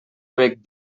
bec